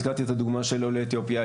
הזכרתי את הדוגמה של עולי אתיופיה.